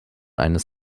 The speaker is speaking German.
eines